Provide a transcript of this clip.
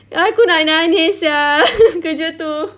aku nak nangis sia kerja tu